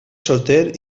solter